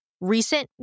recent